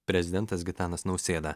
prezidentas gitanas nausėda